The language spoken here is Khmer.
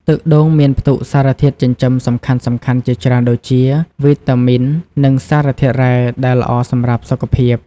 ទឹកដូងមានផ្ទុកសារធាតុចិញ្ចឹមសំខាន់ៗជាច្រើនដូចជា វីតាមីន និង សារធាតុរ៉ែ ដែលល្អសម្រាប់សុខភាព។